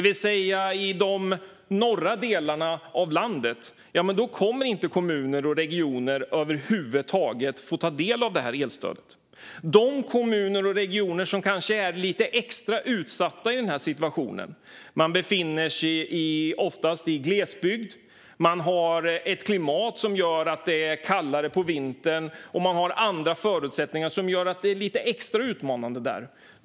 I de norra delarna av landet kommer inte kommuner och regioner över huvud taget att få ta del av elstödet. Det är fråga om kommuner och regioner som kanske är lite extra utsatta i den här situationen. Man befinner sig oftast i glesbygd. Man har ett klimat som gör att det är kallare på vintern, och man har andra förutsättningar som gör att det är lite extra utmanande där.